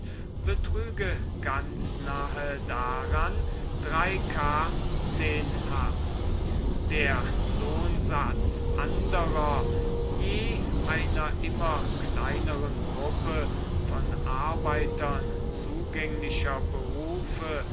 betrüge ganz nahe daran k h der lohnsatz anderer je einer immer kleineren gruppe von arbeitern zugänglicher berufe